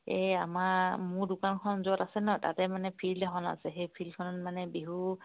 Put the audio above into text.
এই আমাৰ মোৰ দোকানখন য'ত আছে নহয় তাতে মানে ফিল্ড এখন আছে সেই ফিল্ডখনত মানে বিহু